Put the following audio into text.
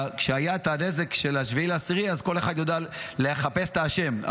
כשהיה את הנזק של 7 באוקטובר אז כל אחד יודע לחפש את האשם,